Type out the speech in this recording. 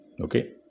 Okay